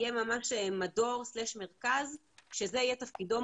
יהיה ממש מדור/מרכז שזה יהיה תפקידו,